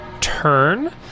turn